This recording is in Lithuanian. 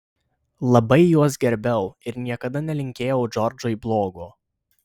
labai juos gerbiau ir niekada nelinkėjau džordžui blogo